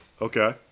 okay